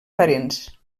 parents